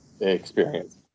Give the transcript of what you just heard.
experience